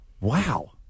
Wow